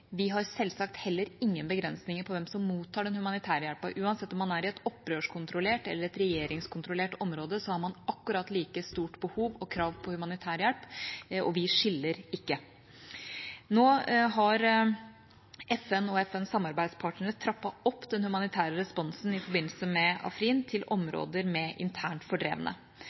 vi selvsagt heller ingen begrensninger på hvem som skal motta denne humanitærhjelpen – uansett om man er i et opprørskontrollert eller et regjeringskontrollert område, har man akkurat like stort behov for og krav på humanitær hjelp, og vi skiller ikke. Nå har FN og FNs samarbeidspartnere trappet opp den humanitære responsen i forbindelse med Afrin til områder med internt fordrevne.